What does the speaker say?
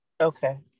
Okay